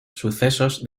sucesos